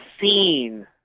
seen